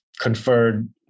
conferred